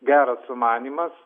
geras sumanymas